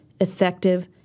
effective